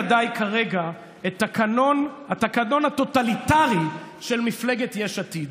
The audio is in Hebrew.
כרגע את התקנון הטוטליטרי של מפלגת יש עתיד.